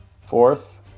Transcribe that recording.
Fourth